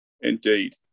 Indeed